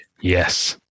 Yes